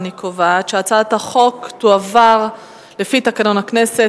אני קובעת שהצעת החוק תועבר לפי תקנון הכנסת